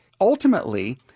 ultimately